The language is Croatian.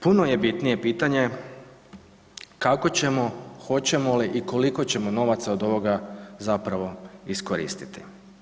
Puno je bitnije pitanje kako ćemo, hoćemo li i koliko ćemo novaca od ovoga zapravo iskoristiti?